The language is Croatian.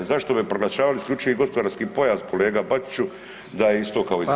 Zašto bi proglašavali isključivi gospodarski pojas kolega Bačiću da je isto kao i ZERP.